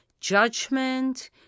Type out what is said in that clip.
judgment